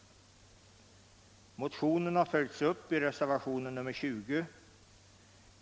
Motionen har följts upp i reservationen 20.